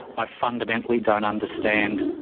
i fundamentally don't understand